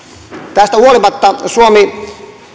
tästä huolimatta suomi